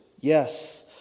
yes